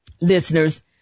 listeners